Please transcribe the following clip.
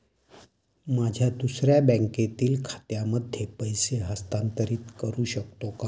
माझ्या दुसऱ्या बँकेतील खात्यामध्ये पैसे हस्तांतरित करू शकतो का?